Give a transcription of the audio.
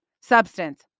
substance